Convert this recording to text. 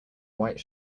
white